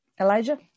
Elijah